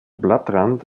blattrand